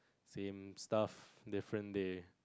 same stuff different day